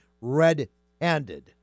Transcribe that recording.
red-handed